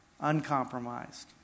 Uncompromised